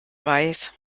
weiß